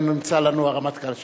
גם נמצא לנו הרמטכ"ל שם,